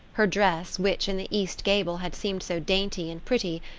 her dress, which, in the east gable, had seemed so dainty and pretty,